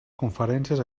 conferències